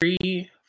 three